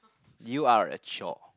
you are a chore